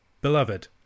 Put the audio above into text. Beloved